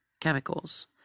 chemicals